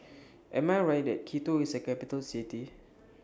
Am I Right that Quito IS A Capital City